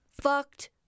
fucked